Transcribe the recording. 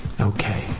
Okay